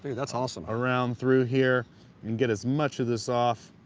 that's awesome around through here and get as much of this off